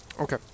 Okay